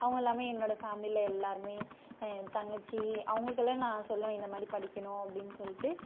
அவங்க எல்லாம் என்னோட ஃபேமிலியில் எல்லோருமே தங்கச்சி அவங்களுக்கு எல்லாம் நான் சொல்வேன் இந்தமாதிரி படிக்கணும் அப்படின்னு சொல்லிட்டு